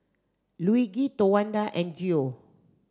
Luigi Towanda and Geo